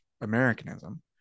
Americanism